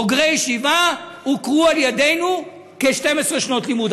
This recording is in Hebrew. בוגרי ישיבה הוכרו על-ידינו כ-12 שנות לימוד.